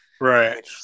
Right